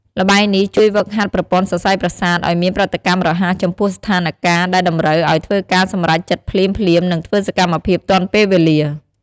ល្បែងនេះជួយហ្វឹកហាត់ប្រព័ន្ធសរសៃប្រសាទឲ្យមានប្រតិកម្មរហ័សចំពោះស្ថានការណ៍ដែលតម្រូវឲ្យធ្វើការសម្រេចចិត្តភ្លាមៗ និងធ្វើសកម្មភាពទាន់ពេលវេលា។